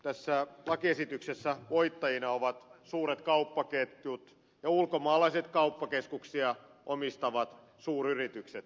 tässä lakiesityksessä voittajina ovat suuret kauppaketjut ja ulkomaalaiset kauppakeskuksia omistavat suuryritykset